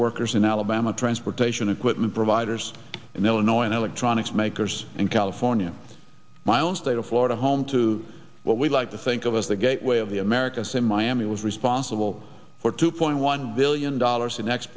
workers in alabama transportation equipment providers in illinois and electronics makers in california my own state of florida home to what we like to think of as the gateway of the americas in miami was responsible for two point one billion dollars